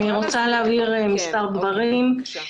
אני רוצה להבהיר מספר דברים.